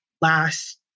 last